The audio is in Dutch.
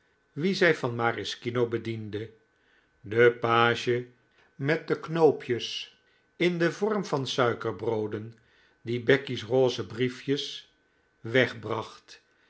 wie zij van maraskino bediende de page met de knoopjes in den vorm van suikerbrooden die becky's rose brief jes wegbracht